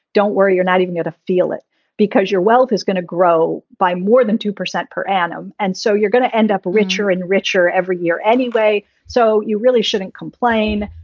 don't worry, you're not even going to feel it because your wealth is going to grow by more than two percent per annum. and so you're going to end up richer and richer every year anyway. so you really shouldn't complain.